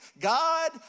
God